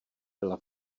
byla